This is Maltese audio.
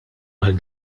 għal